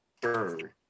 bird